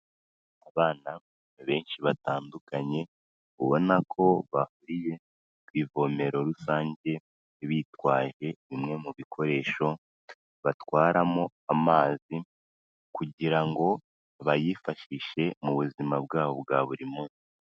Abana benshi batandukanye, ubona ko bahuriye ku ivomero rusange bitwaje bimwe mu bikoresho batwaramo amazi kugira ngo bayifashishe mu buzima bwabo bwa buri munsi.